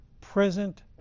present